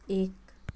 एक